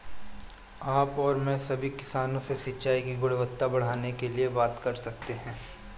आप और मैं सभी किसानों से सिंचाई की गुणवत्ता बढ़ाने के लिए बात कर सकते हैं